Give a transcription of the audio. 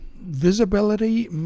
visibility